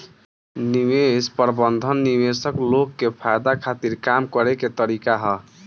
निवेश प्रबंधन निवेशक लोग के फायदा खातिर काम करे के तरीका ह